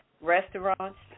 restaurants